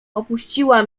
opuściła